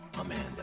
Amanda